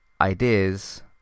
ideas